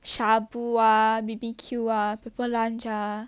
shabu ah B_B_Q ah Pepper Lunch ah